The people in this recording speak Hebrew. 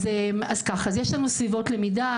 אז יש לנו סביבות למידה,